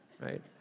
right